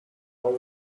there